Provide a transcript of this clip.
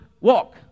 walk